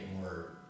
more